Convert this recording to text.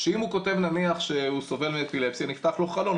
שאם הוא כותב נניח שהוא סובל מאפילפסיה נפתח לו חלון,